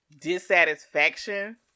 dissatisfaction